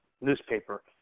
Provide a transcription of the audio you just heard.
newspaper